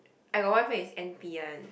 I got one friend is n_p one